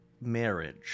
marriage